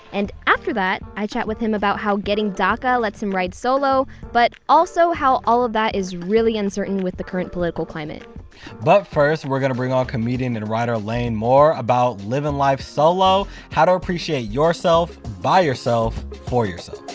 and after that i chat with him about how getting daca lets him ride solo but also how all of that is really uncertain with the current political climate but first, we're gonna bring on comedian and writer lane moore about living life solo, how to appreciate yourself, by yourself, for yourself.